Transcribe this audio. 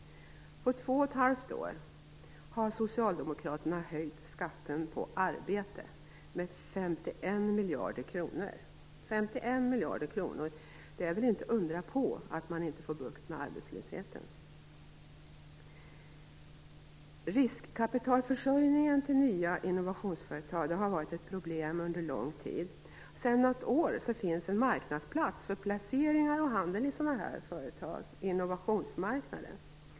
På två och ett halvt år har Socialdemokraterna höjt skatten på arbete med 51 miljarder kronor. Det är väl inte att undra på att man inte får bukt med arbetslösheten! Riskkapitalförsörjningen till nya innovationsföretag har varit ett problem under lång tid. Sedan något år finns en marknadsplats för placeringar och handel i sådana företag, Innovationsmarknaden.